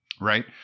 right